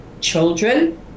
children